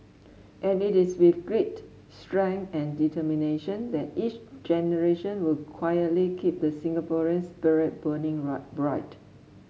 and it is with grit strength and determination that each generation will quietly keep the Singaporeans spirit burning bright